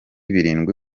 birindwi